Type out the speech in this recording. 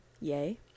yay